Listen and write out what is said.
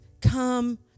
come